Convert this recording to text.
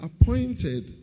appointed